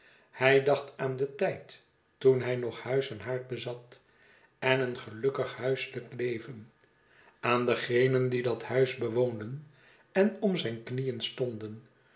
hij dacht aan den tijd toen hij nog huis en haard bezat en een gelukkig huiselijk leven aan degenen die dat huis bewoonden en om zijn knieen stonden